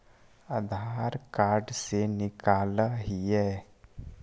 आधार card से निकाल हिऐ?